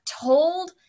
told